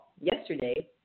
Yesterday